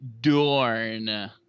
Dorn